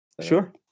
Sure